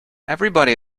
everybody